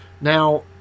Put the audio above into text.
Now